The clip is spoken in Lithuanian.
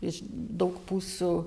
iš daug pusių